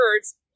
birds